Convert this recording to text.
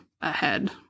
ahead